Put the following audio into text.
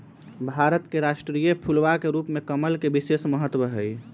भारत के राष्ट्रीय फूलवा के रूप में कमल के विशेष महत्व हई